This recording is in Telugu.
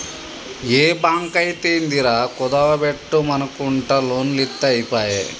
ఏ బాంకైతేందిరా, కుదువ బెట్టుమనకుంట లోన్లిత్తె ఐపాయె